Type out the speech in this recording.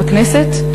בכנסת,